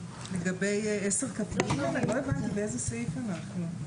לגבי 10כג. לא הבנתי באיזה סעיף אנחנו.